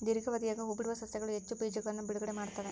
ದೀರ್ಘಾವಧಿಯಾಗ ಹೂಬಿಡುವ ಸಸ್ಯಗಳು ಹೆಚ್ಚು ಬೀಜಗಳನ್ನು ಬಿಡುಗಡೆ ಮಾಡ್ತ್ತವೆ